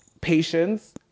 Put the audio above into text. patience